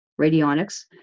Radionics